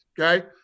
okay